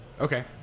Okay